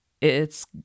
It's